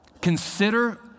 Consider